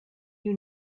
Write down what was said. you